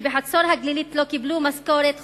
כשבחצור-הגלילית לא קיבלו משכורת חודשיים,